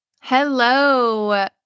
Hello